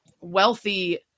wealthy